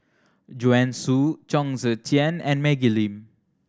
Joanne Soo Chong Tze Chien and Maggie Lim